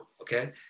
Okay